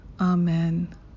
Amen